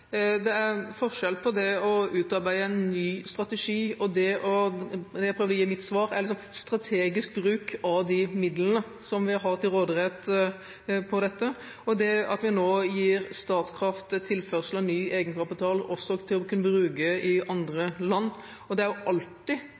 Det er forskjell på det å utarbeide en ny strategi, som jeg prøvde å si i mitt svar, eller strategisk bruk av de midlene som vi har til rådighet til dette, og på det at vi nå gir Statkraft tilførsel av ny egenkapital, også for å kunne bruke i andre land. Og det er jo alltid